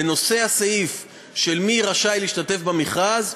בנושא של מי רשאי להשתתף במכרז,